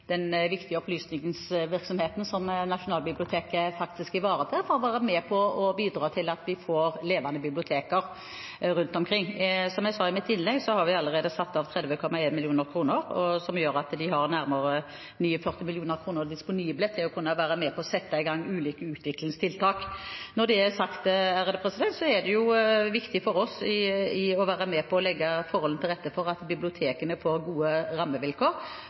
den viktige opplysningsvirksomheten som Nasjonalbiblioteket ivaretar, for å være med på å bidra til at vi får levende bibliotek rundt omkring. Som jeg sa i mitt innlegg, har vi allerede satt av 32,1 mill. kr, som gjør at de har nærmere 49 mill. kr disponible til å kunne være med på å sette i gang ulike utviklingstiltak. Når det er sagt, er det viktig for oss å være med på å legge forholdene til rette for at bibliotekene får gode rammevilkår.